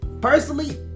personally